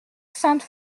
sainte